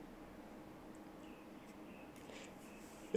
ya you go for like eh don't think so much ya